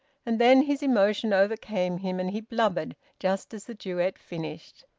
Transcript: and then his emotion overcame him and he blubbered, just as the duet finished.